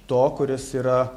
to kuris yra